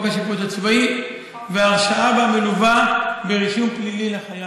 השיפוט הצבאי והרשעה בה מלווה ברישום פלילי לחייל,